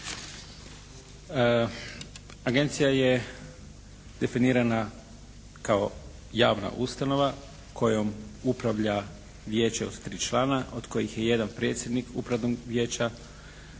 Agencija je definirana kao javna ustanova kojom upravlja vijeće od tri člana od kojih je jedan predsjednik Upravnog vijeća